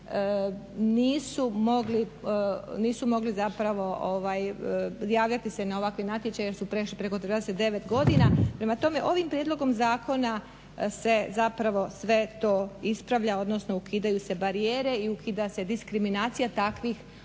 nisu mogli zapravo javljati se na ovakve natječaje jer su prešli preko 29 godina. Prema tome, ovim prijedlogom zakona se zapravo sve to ispravlja, odnosno ukidaju se barijere i ukida se diskriminacija takvih osoba